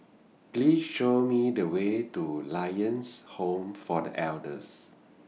Please Show Me The Way to Lions Home For The Elders